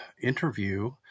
interview